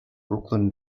brooklyn